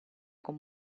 con